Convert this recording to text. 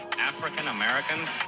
african-americans